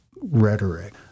rhetoric